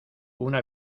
una